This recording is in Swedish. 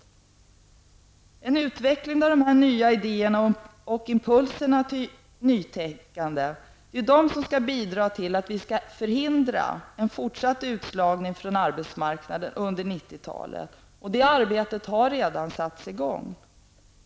Det är utvecklingen av de nya idéerna och impulserna till nytänkande som skall bidra till att förhindra en fortsatt utslagning från arbetsmarknaden under 90-talet, och arbetet med detta har redan satts i gång.